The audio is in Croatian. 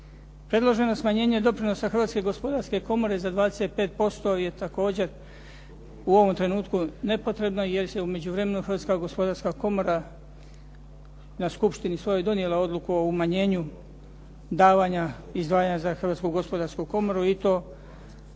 Predloženo smanjenje doprinosa Hrvatske gospodarske komore za 25% je također u ovom trenutku nepotrebno jer se u međuvremenu Hrvatska gospodarska komora na skupštini svojoj donijela odluku o umanjenju davanja izdvajanja za Hrvatsku gospodarsku komoru i to za